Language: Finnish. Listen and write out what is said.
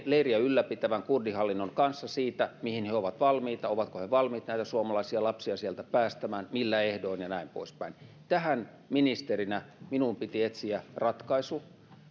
leiriä ylläpitävän kurdihallinnon kanssa siitä mihin he ovat valmiita ovatko he valmiit näitä suomalaisia lapsia sieltä päästämään millä ehdoin ja näin poispäin tähän ministerinä minun piti etsiä ratkaisu että